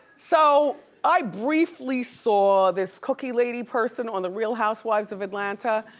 so i briefly saw this cookie lady person on the real housewives of atlanta.